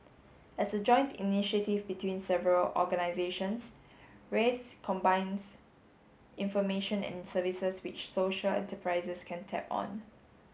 as a joint initiative between several organisations raise combines information and services which social enterprises can tap on